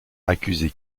accusé